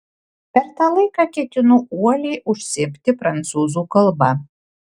per tą laiką ketinu uoliai užsiimti prancūzų kalba